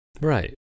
Right